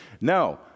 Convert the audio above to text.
No